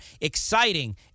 exciting